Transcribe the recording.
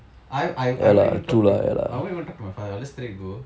I I I won't even talk to I won't even talk to my father I'll just straight go